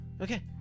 Okay